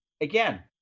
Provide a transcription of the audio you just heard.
Again